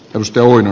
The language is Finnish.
perusteluina